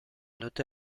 nota